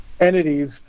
entities